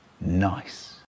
Nice